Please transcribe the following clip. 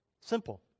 Simple